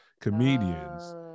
comedians